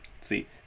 See